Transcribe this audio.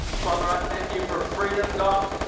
father, i thank you for freedom, god.